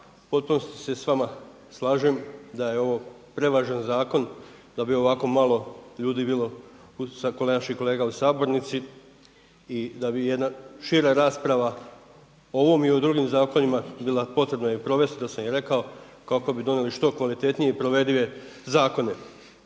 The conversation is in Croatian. potpunosti se s vama slažem da je ovo prevažan zakon da bi ovako malo ljudi bilo … naših kolega u sabornici i da bi jedna šira rasprava o ovom i u drugim zakonima bila potrebna i provesti, to sam i rekao kako bi donijeli što kvalitetnije i provedive zakone.